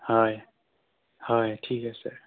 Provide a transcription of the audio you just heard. হয় হয় ঠিক আছে